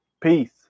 Peace